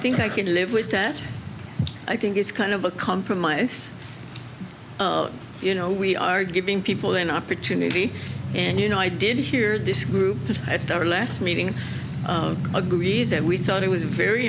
think i can live with that i think it's kind of a compromise you know we are giving people an opportunity and you know i did hear this group at their last meeting agreed and we thought it was very